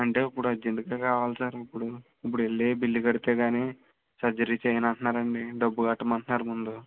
అంటే ఇప్పుడు అర్జెంట్గా కావలి సార్ ఇప్పుడు వెళ్ళి బిల్లు కడితే కానీ సర్జరీ చేయను అంటున్నారు అండి డబ్బు కట్టమంటున్నారు ముందు